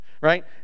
right